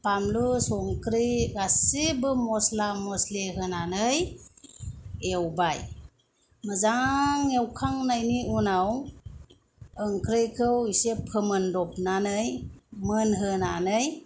बानलु संख्रि गासिबो मस्ला मस्लि होनानै एवबाय मोजां एवखांनायनि उनाव ओंख्रिखौ एसे फोमोनदबनानै मोनहोनानै